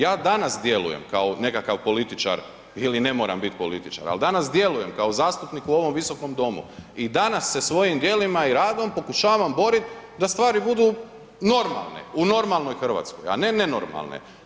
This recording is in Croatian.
Ja danas djelujem kao nekakav političar ili ne moram biti političar, ali danas djelujem kao zastupnik u ovom visokom domu i danas se svojim djelima ili radom pokušavam borit da stvari budu normalne u normalnoj Hrvatskoj, a ne nenormalne.